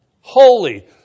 holy